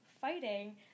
fighting